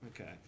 Okay